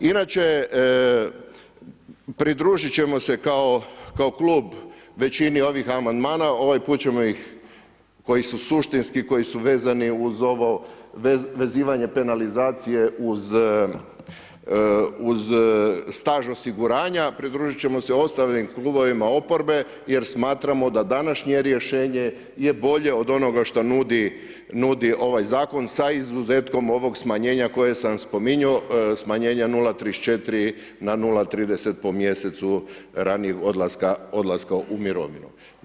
Inače, pridružit ćemo se kao Klub većini ovih amandmana, ovaj put ćemo ih, koji su suštinski, koji su vezani uz ovo vezivanje penalizacije uz staž osiguranja, pridružit ćemo se ostalim Klubovima oporbe, jer smatramo da današnje rješenje je bolje od onoga što nudi ovaj Zakon sa izuzetkom ovog smanjenja koje sam spominjao, smanjenja 0,34 na 0,30 po mjesecu ranijeg odlaska u mirovinu.